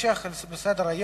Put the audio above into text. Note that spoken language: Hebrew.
אנו ממשיכים בסדר-היום.